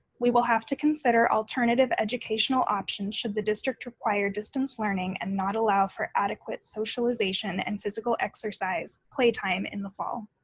we will have to consider alternative educational options should the district require distance learning and not allow for adequate socialization and physical exercise playtime in the fall.